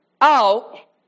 out